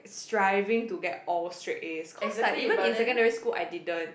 striving to get all straight as cause like even in secondary school I didn't